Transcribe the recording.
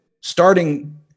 starting